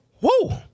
Woo